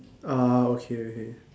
ah okay okay